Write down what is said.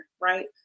right